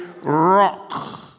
rock